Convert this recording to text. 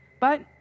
But